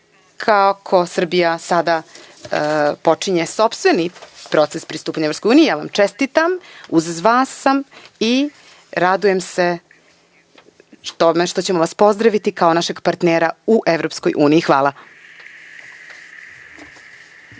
Srbija sada počinje sopstveni proces pristupanja EU, čestitam vam, uz vas sam i radujem se tome što ćemo vas pozdraviti kao našeg partnera u EU. Hvala.